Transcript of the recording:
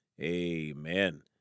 amen